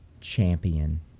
champion